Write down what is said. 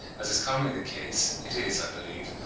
as is commonly the case, it is, i believe,